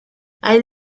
hay